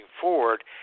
forward